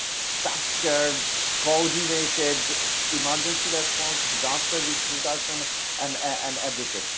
structured, coordinated emergency response, disaster risk reduction and and everything.